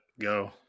go